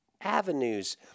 avenues